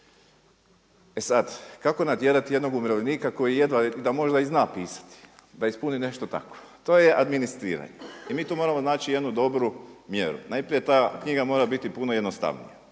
E sada kako natjerati jednog umirovljenika koji jedva da možda i zna pisati da ispuni nešto tako? To je administriranje. I mi tu moramo naći jednu dobru mjeru. Najprije ta knjiga mora biti puno jednostavnija,